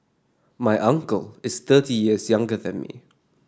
my uncle is thirty years younger than me